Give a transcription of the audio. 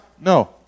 no